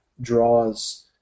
draws